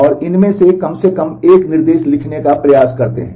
और इनमें से कम से कम एक निर्देश लिखने का प्रयास करते हैं